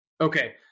Okay